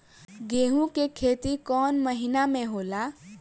गेहूं के खेती कौन महीना में होला?